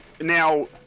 now